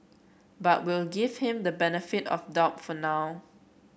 but we'll give him the benefit of doubt for now